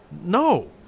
No